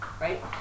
right